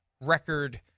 record